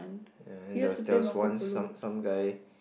yeah and there was there was once some some guy